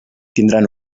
tindran